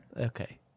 Okay